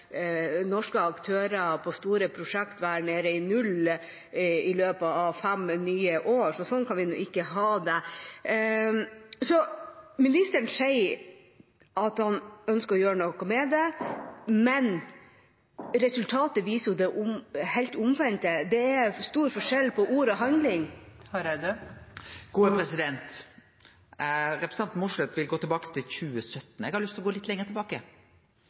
norske aktører i store prosjekter være nede i null i løpet av fem nye år. Sånn kan vi ikke ha det. Ministeren sier han ønsker å gjøre noe med det, men resultatet viser det helt omvendte. Det er stor forskjell på ord og handling. Representanten Mossleth vil gå tilbake til 2017. Eg har lyst til å gå litt lenger tilbake.